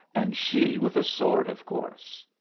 and she with a sword, of course?